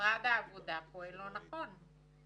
משרד העבודה פועל לא נכון.